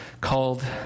called